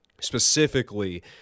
specifically